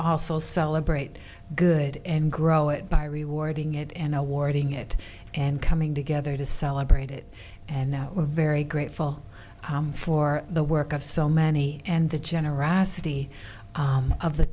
also celebrate good and grow it by rewarding it and awarding it and coming together to celebrate it and that we're very grateful for the work of so many and the generosity of the